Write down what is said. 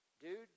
Dude